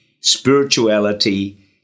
spirituality